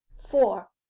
four.